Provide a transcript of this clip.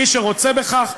מי שרוצה בכך,